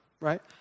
right